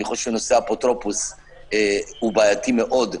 נושא האפוטרופוס הוא בעייתי מאוד,